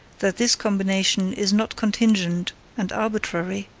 that this combination is not contingent and arbitrary,